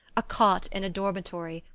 a cot in a dormitory,